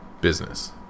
business